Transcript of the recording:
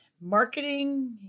Marketing